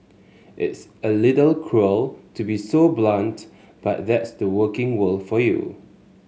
it's a little to be so blunt but that's the working world for you